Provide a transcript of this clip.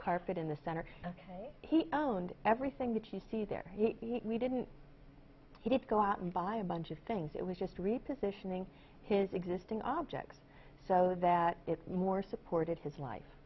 carpet in the center he owned everything that you see there we didn't he didn't go out and buy a bunch of things it was just repositioning his existing objects so that more supported his life